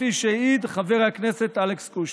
כפי שהעיד חבר הכנסת אלכס קושניר.